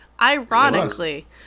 ironically